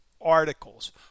articles